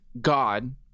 God